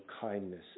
kindness